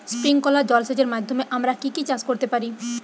Sprinkler জলসেচের মাধ্যমে আমরা কি কি চাষ করতে পারি?